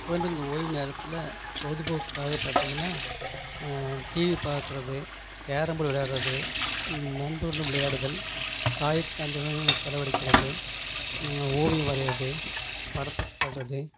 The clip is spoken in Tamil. குழந்தைகள் இந்த ஓய்வு நேரத்தில் பொழுதுபோக்குக்காக பார்த்தீங்கன்னா டிவி பார்க்கறது கேரம்போர்டு விளையாடுவது நண்பருடன் விளையாடுதல் தாயத்து அந்த செலவழிகிறது ஓவியம் வரையிறது படத்துக்கு செல்வது